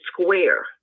square